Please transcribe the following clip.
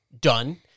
Done